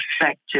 effective